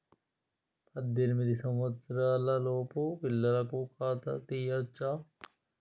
పద్దెనిమిది సంవత్సరాలలోపు పిల్లలకు ఖాతా తీయచ్చా?